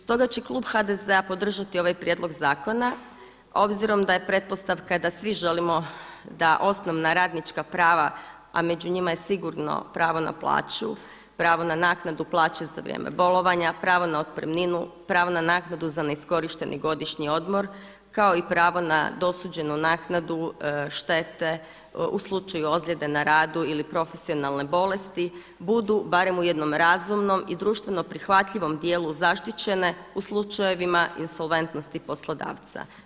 Stoga će klub HDZ-a podržati ovaj prijedlog zakona, obzirom da je pretpostavka da svi želimo da osnovna radnička prava, a među njima je sigurno pravo na plaću, pravo na naknadu plaće za vrijeme bolovanja, pravo na otpremninu, pravo na naknadu za neiskorišteni godišnji odmor kao i pravo na dosuđenu naknadu štete u slučaju ozljede na radu ili profesionalne bolesti budu barem u jednom razumnom i društveno prihvatljivom dijelu zaštićene u slučajevima insolventnosti poslodavca.